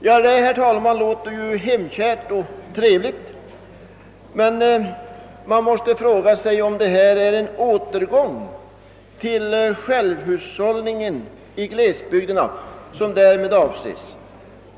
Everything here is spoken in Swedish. Ja, herr talman, detta låter ju hemkärt och trevligt, men man måste fråga sig om det är en återgång till självhushållningen i glesbygderna som därmed avses.